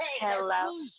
Hello